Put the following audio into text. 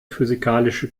physikalische